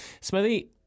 Smithy